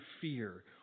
fear